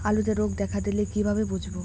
আলুতে রোগ দেখা দিলে কিভাবে বুঝবো?